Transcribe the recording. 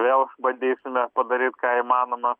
vėl bandysime padaryt ką įmanoma